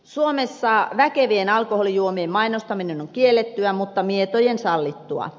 suomessa väkevien alkoholijuomien mainostaminen on kiellettyä mutta mietojen sallittua